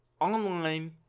Online